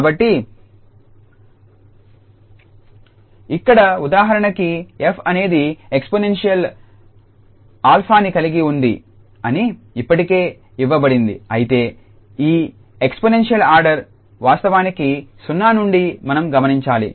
కాబట్టి ఇక్కడ ఉదాహరణకి 𝑓 అనేది ఎక్స్పోనెన్షియల్ 𝛼ని కలిగి ఉంది అని ఇప్పటికే ఇవ్వబడింది అయితే ఈ ఎక్స్పోనెన్షియల్ ఆర్డర్ వాస్తవానికి 0 అని మనం గమనించాలి